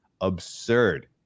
absurd